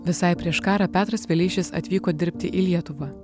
visai prieš karą petras vileišis atvyko dirbti į lietuvą